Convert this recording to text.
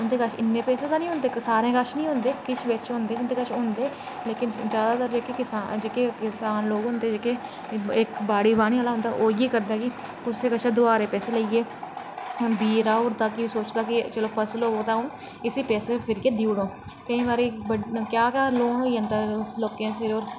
उंदे कश इन्ने पैसे ते नी होंदे सारें कश ते नी होंदे किश होंदे जिंदे कश होंदे लेकिन जैादातर जेह्के किसान लोग होंदे जेह्के इक बाड़ी बाह्ने आह्ला होंदा ओह् इयै करदा कि कुसै कशा दा दुहारे पैसे लेईयै बीऽ रहाई ओड़दा सोचदा कि चलो अऊं इसी पैसे फेरियै देई ओड़ंग केई बारी क्या क्या लोग होई जंदे लोकें दे सिरें पर